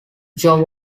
joe